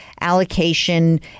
allocation